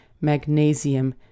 magnesium